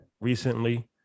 recently